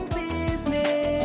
business